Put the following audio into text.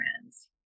friends